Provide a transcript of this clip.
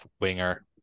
winger